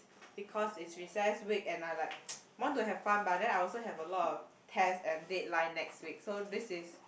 because it's recess week and I like want to have fun but then I also have a lot of test and deadline next week so this is